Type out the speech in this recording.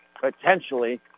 potentially